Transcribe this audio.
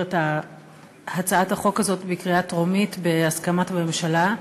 את הצעת החוק הזאת בקריאה טרומית בהסכמת הממשלה.